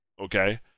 okay